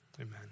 amen